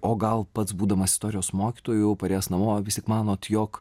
o gal pats būdamas istorijos mokytoju parėjęs namo vis tiek manot jog